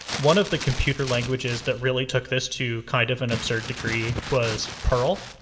one of the computer languages that really took this to kind of an absurd degree was perl,